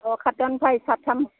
अ' हाथथायावनो फै साथाम